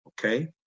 okay